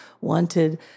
wanted